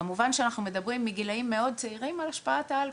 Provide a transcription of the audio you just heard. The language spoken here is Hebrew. כמובן שאנחנו מדברים מגילאים מאוד צעירים על השפעת האלכוהול,